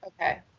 Okay